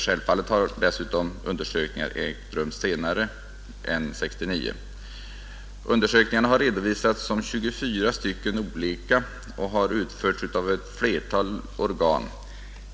Självfallet har dessutom undersökningar ägt rum senare än 1969. Undersökningarna redovisas som 24 olika undersökningar och har utförts av ett flertal organ.